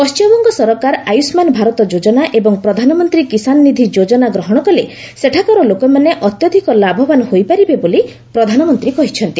ପଶ୍ଚିମବଙ୍ଗ ସରକାର ଆୟୁଷ୍ମାନ ଭାରତ ଯୋଜନା ଏବଂ ପ୍ରଧାନମନ୍ତ୍ରୀ କିଷାନ ନିଧି ଯୋଜନା ଗ୍ରହଣ କଲେ ସେଠାକାର ଲୋକମାନେ ଅତ୍ୟଧିକ ଲାଭବାନ ହୋଇପାରିବେ ବୋଲି ପ୍ରଧାନମନ୍ତ୍ରୀ କହିଛନ୍ତି